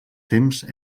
temps